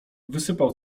wysypał